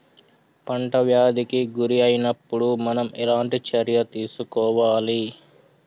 పంట వ్యాధి కి గురి అయినపుడు మనం ఎలాంటి చర్య తీసుకోవాలి?